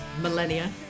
millennia